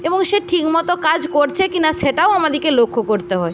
এবং সে ঠিকমতো কাজ করছে কি না সেটাও আমাদেরকে লক্ষ্য করতে হয়